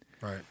right